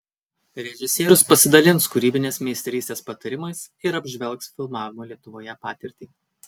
režisierius pasidalins kūrybinės meistrystės patarimais ir apžvelgs filmavimo lietuvoje patirtį